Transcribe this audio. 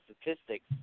statistics